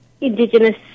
Indigenous